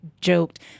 joked